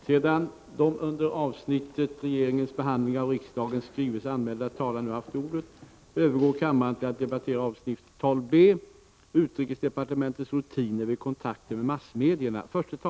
Sedan de under avsnittet Regeringens handläggning av datafrågor anmälda talarna nu haft ordet övergår kammaren till att debattera avsnittet Terroristbestämmelserna.